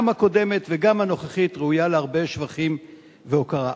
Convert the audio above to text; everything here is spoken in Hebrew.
גם הקודמת וגם הנוכחית ראויה להרבה שבחים והוקרה.